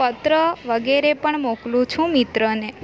પત્ર વગેરે પણ મોકલું છું મિત્રને